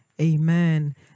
amen